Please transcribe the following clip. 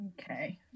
Okay